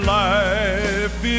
life